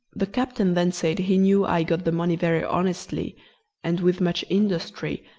the captain then said he knew i got the money very honestly and with much industry,